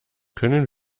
können